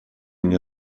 мне